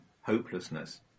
hopelessness